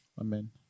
Amen